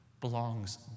belongs